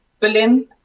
Berlin